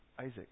Isaac